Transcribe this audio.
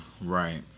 right